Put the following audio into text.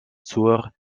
zur